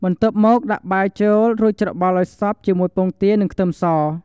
បន្ទាប់មក ដាក់បាយចូល រួចច្របល់ឱ្យសព្វជាមួយពងទា និងខ្ទឹមស។